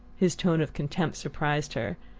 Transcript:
his tone of contempt surprised her.